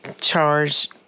charge